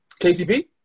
KCB